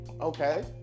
Okay